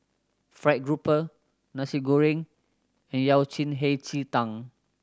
fried grouper Nasi Goreng and yao cen hei ji tang